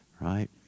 right